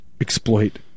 exploit